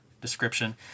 description